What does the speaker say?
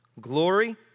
Glory